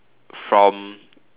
from